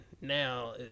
now